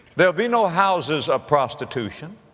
there'll be no houses of prostitution.